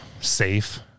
safe